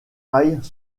high